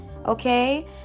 okay